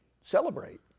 celebrate